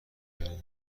کردی